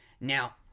Now